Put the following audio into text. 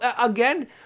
again